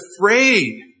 afraid